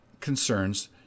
concerns